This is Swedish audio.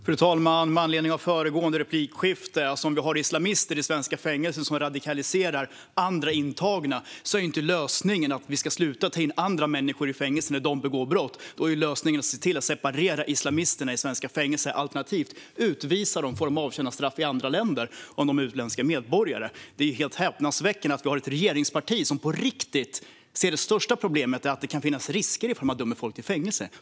Fru talman! Med anledning av föregående replikskifte: Om vi har islamister i svenska fängelser som radikaliserar andra intagna är inte lösningen att vi ska sluta att ta in andra människor i fängelse när de begår brott. Då är lösningen att se till att separera islamisterna i svenska fängelser alternativt utvisa dem så att de får avtjäna straff i andra länder om de är utländska medborgare. Det är helt häpnadsväckande att vi har ett regeringsparti som på riktigt ser det största problemet i att det kan finnas risker ifall man dömer människor till fängelse.